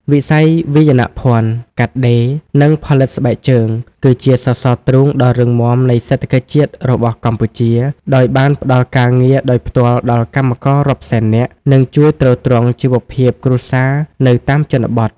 វិស័យវាយនភណ្ឌ កាត់ដេរ និងផលិតស្បែកជើង គឺជាសសរទ្រូងដ៏រឹងមាំនៃសេដ្ឋកិច្ចជាតិរបស់កម្ពុជា ដោយបានផ្តល់ការងារដោយផ្ទាល់ដល់កម្មកររាប់សែននាក់ និងជួយទ្រទ្រង់ជីវភាពគ្រួសារនៅតាមជនបទ។